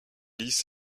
lisses